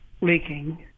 leaking